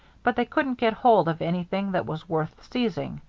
but they couldn't get hold of anything that was worth seizing.